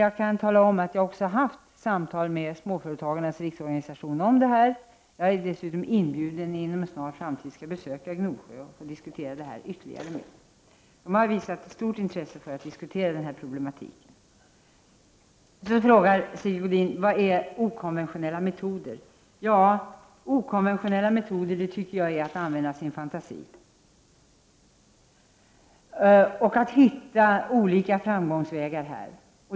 Jag kan tala om att jag också har haft samtal med Småföretagens riksorganisation om detta och att jag är inbjuden att inom en snar framtid besöka Gnosjö. Man har visat ett stort intresse av att diskutera denna problematik. Sigge Godin frågar: Vad är okonventionella metoder? Ja, det är att använda sin fantasi och att hitta olika framkomstvägar.